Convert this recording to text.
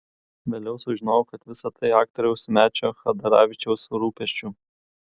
vėliau sužinojau kad visa tai aktoriaus mečio chadaravičiaus rūpesčiu